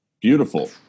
Beautiful